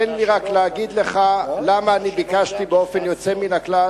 תן לי רק להגיד לך למה אני ביקשתי באופן יוצא מן הכלל